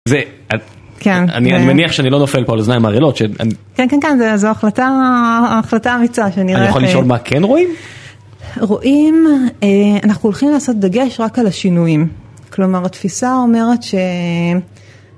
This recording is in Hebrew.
אני, אני מניח שאני לא נופל פה על אוזניים ערלות. -כן, כן, כן, זו החלטה אמיצה. -אני יכול לשאול מה כן רואים? -רואים, אנחנו הולכים לעשות דגש רק על השינויים. כלומר, התפיסה אומרת ש...